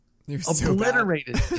obliterated